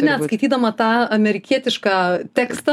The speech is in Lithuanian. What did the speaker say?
net skaitydama tą amerikietišką tekstą